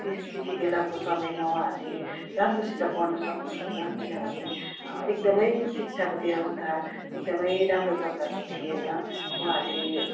त्यस त्यति बेलाको समयमा उहाँहरूले राम्रोसित पढ्नु सक्नुभएन किनभने एकदमै शिक्षाको व्यवस्था एकदमै राम्रो प्रकारको थिएन उहाँले